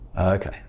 Okay